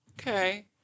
okay